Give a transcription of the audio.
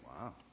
wow